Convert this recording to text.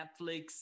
Netflix